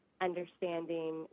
understanding